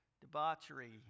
debauchery